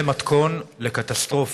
זה מתכון לקטסטרופה,